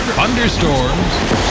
Thunderstorms